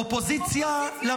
אופוזיציה,